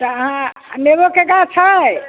तऽ अहाँ नेबोके गाछ छै